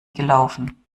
gelaufen